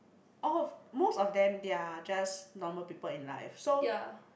of most of them they are just normal people in life so